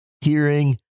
hearing